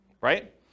right